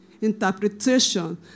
interpretation